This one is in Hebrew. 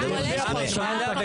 אין שם מד"א.